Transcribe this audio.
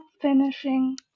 finishing